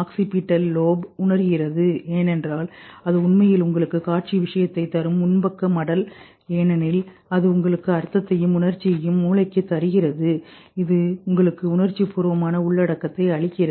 occipital லோப்உணர்கிறது ஏனென்றால் அது உண்மையில் உங்களுக்கு காட்சி விஷயத்தை தரும் முன்பக்க மடல் ஏனெனில் அது உங்களுக்கு அர்த்தத்தையும் உணர்ச்சியையும் மூளளைக்குத் தருகிறது இது உங்களுக்கு உணர்ச்சிபூர்வமான உள்ளடக்கத்தை அளிக்கிறது